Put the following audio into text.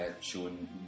showing